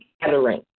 gathering